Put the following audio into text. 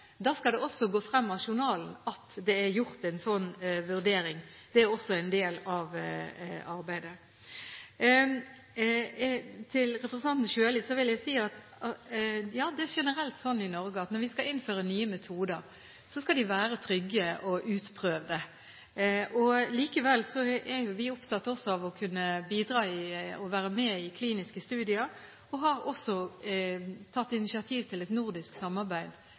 da skal det også gå frem av journalen at det er gjort en slik vurdering. Det er også en del av arbeidet. Til representanten Sjøli vil jeg si at det generelt sett er slik i Norge at når vi skal innføre nye metoder, skal de være trygge og utprøvde. Likevel er vi opptatt av å kunne bidra og være med i kliniske studier, og har også tatt initiativ til et nordisk samarbeid